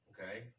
Okay